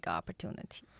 opportunity